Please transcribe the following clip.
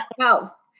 health